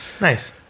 Nice